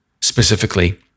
specifically